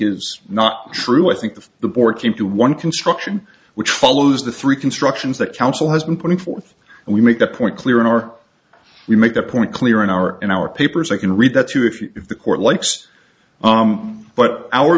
is not true i think that the board came to one construction which follows the three constructions that council has been putting forth and we make that point clear in our we make the point clear in our in our papers i can read that too if the court likes but our